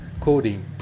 coding